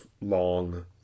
Long